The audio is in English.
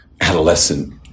adolescent